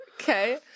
Okay